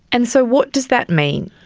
and so what does that mean?